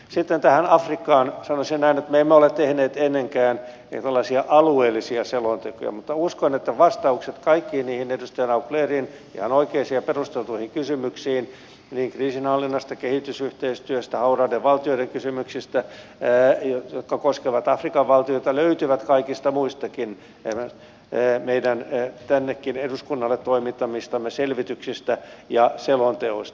sitten tähän afrikkaan sanoisin näin että me emme ole tehneet ennenkään tällaisia alueellisia selontekoja mutta uskon että vastaukset kaikkiin niihin edustaja nauclerin ihan oikeisiin ja perusteltuihin kysymyksiin kriisinhallinnasta kehitysyhteistyöstä hauraiden valtioiden kysymyksistä jotka koskevat afrikan valtioita löytyvät kaikista muistakin meidän tännekin eduskunnalle toimittamistamme selvityksistä ja selonteoista